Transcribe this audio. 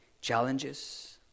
challenges